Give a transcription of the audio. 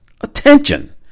attention